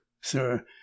sir